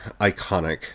iconic